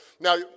Now